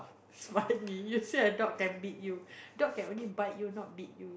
smart knee you sure a dog can beat you dog can only bite you not beat you